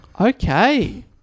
Okay